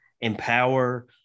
empower